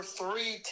three